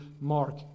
Mark